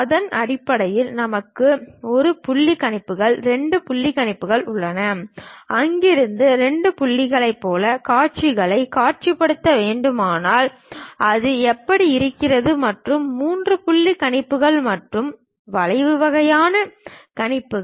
அதன் அடிப்படையில் நமக்கு 1 புள்ளி கணிப்புகள் 2 புள்ளி கணிப்புகள் உள்ளன அங்கிருந்து 2 புள்ளிகளைப் போல காட்சிகளைக் காட்சிப்படுத்த வேண்டுமானால் அது எப்படி இருக்கும் மற்றும் 3 புள்ளி கணிப்புகள் மற்றும் வளைவு வகையான கணிப்புகள்